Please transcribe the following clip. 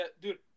Dude